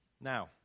Now